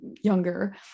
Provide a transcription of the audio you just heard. younger